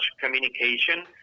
communication